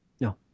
No